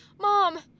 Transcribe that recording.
mom